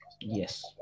Yes